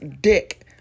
dick